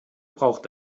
braucht